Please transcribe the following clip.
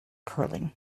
curling